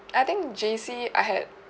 I think J_C I had